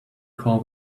call